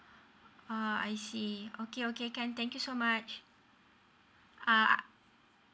uh I see okay okay can thank you so much ah